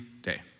day